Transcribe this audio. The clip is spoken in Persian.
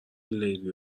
لیلی